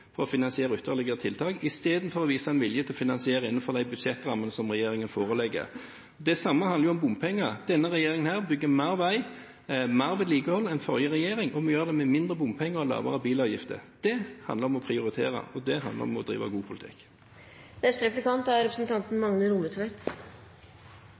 – og finansiere ytterligere tiltak, istedenfor å vise en vilje til å finansiere innenfor de budsjettrammene som regjeringen legger. Det samme gjelder for bompenger: Denne regjeringen bygger mer vei og mer vedlikehold enn den forrige regjeringen, og vi gjør det med mindre bompenger og lavere bilavgifter. Det handler om å prioritere, og det handler om å drive god politikk.